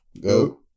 go